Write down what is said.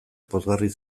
pozgarri